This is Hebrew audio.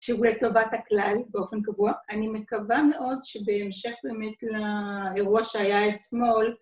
שוב לטובת הכלל באופן קבוע, אני מקווה מאוד שבהמשך באמת לאירוע שהיה אתמול,